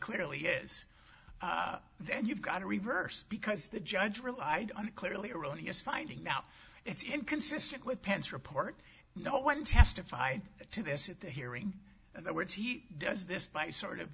clearly is then you've got to reverse because the judge relied on clearly erroneous finding now it's inconsistent with pants report no one testified to this at the hearing and the words he does this by sort of